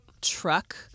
truck